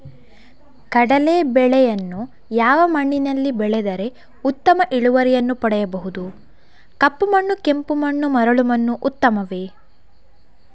ಕಡಲೇ ಬೆಳೆಯನ್ನು ಯಾವ ಮಣ್ಣಿನಲ್ಲಿ ಬೆಳೆದರೆ ಉತ್ತಮ ಇಳುವರಿಯನ್ನು ಪಡೆಯಬಹುದು? ಕಪ್ಪು ಮಣ್ಣು ಕೆಂಪು ಮರಳು ಮಣ್ಣು ಉತ್ತಮವೇ?